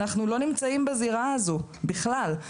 אנחנו לא נמצאים בזירה הזו בכלל.